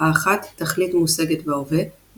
האחת – תכלית מושגת בהווה,